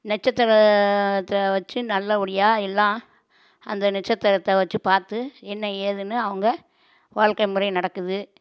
நட்சத்திரத்தை வச்சு நல்லபடியாக எல்லாம் அந்த நட்சத்திரத்தை வச்சு பார்த்து என்ன ஏதுனு அவங்க வாழ்க்கை முறையே நடக்குது